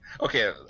Okay